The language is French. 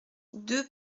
deux